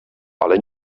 ale